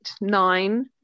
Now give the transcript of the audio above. nine